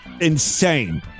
insane